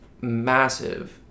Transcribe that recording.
massive